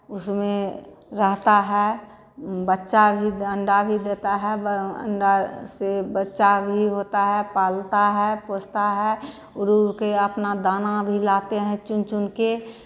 उसमें रहता है बच्चा भी द अंडा भी देता है ब अंडा से बच्चा भी होता है पालता है पोसता है उड़ उड़ के अपना दाना भी लाते हैं चुन चुन के